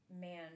man